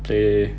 play